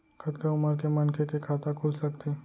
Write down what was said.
कतका उमर के मनखे के खाता खुल सकथे?